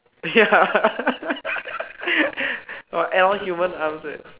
ya or add on humans arms eh